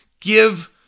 Give